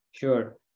Sure